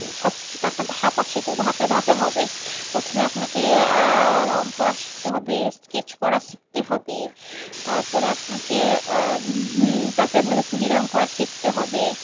সব কিছু তো একটা ধাপ আছে তো ধাপে ধাপে হবে প্রথমে আপনাকে রঙ করা শিখতে হবে স্কেচ করা শিখতে হবে তারপরে আপনাকে তারপরে আপনাকে তুলি রঙ করা শিখতে হবে